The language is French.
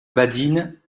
badine